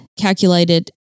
calculated